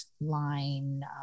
line